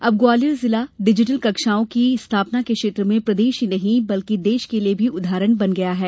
अब ग्वालियर जिला डिजिटल कक्षाओं की स्थापना के क्षेत्र में प्रदेश ही नहीं देश के लिए भी उदाहरण बन गया है